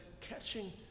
catching